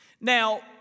Now